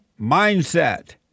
Mindset